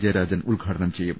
ജയരാജൻ ഉദ്ഘാടനം ചെയ്യും